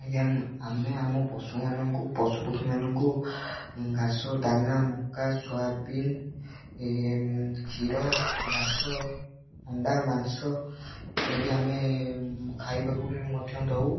ଆଜ୍ଞା ଆମେ ଆମ ପଶୁମାନଙ୍କୁ ପଶୁପକ୍ଷୀମାନଙ୍କୁ ଘାସ ଦାନା ମକା ସୋୟାବିିନ କ୍ଷୀର ଘାସ ଅଣ୍ଡା ମାଂସ ଇତ୍ୟାଦି ଆମେ ଖାଇବାକୁ ବି ମଧ୍ୟ ଦଉ